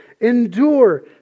endure